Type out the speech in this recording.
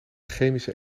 chemische